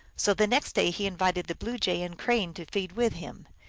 so the next day he invited the blue jay and crane to feed with him.